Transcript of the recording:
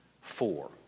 four